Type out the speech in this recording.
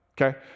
Okay